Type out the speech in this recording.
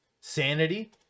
Sanity